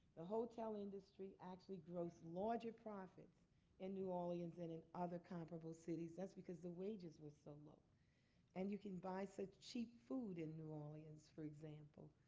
the hotel industry actually gross larger profit in new orleans than and in other comparable cities. that's because the wages were so low and you can buy say cheap food in new orleans, for example.